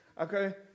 okay